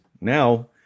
Now